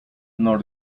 nor